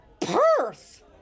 Perth